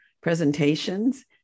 presentations